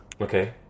Okay